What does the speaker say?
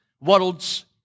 world's